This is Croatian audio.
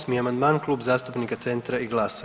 68. amandman Klub zastupnika Centra i GLAS-a.